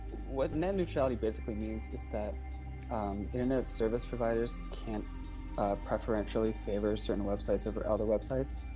what net neutrality basically means is that internet service providers cant preferentially favor certain websites over other websites.